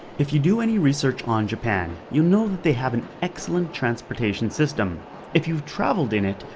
if you do any research on japan, you know that they have an excellent transportation system if you've traveled in it,